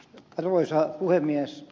arvoisa puhemies